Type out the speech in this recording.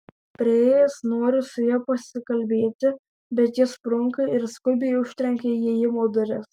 priėjęs noriu su ja pasikalbėti bet ji sprunka ir skubiai užtrenkia įėjimo duris